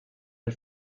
del